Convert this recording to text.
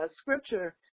scripture